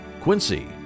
Quincy